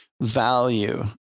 value